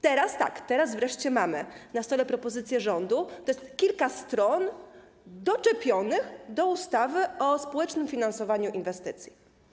Teraz - tak, teraz wreszcie mamy na stole propozycję rządu, to jest kilka stron doczepionych do ustawy o społecznym finansowaniu inwestycji.